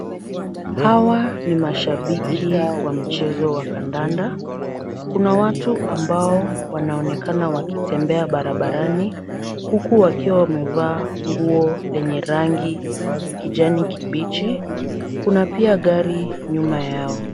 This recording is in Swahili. Hawa ni mashabiki wa mchezo wa kandanda. Kuna watu ambao wanaonekana wakitembea barabarani, huku wakiwa wamevaa nguo yenye rangi, kijani kibichi. Kuna pia gari nyuma yao.